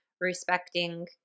respecting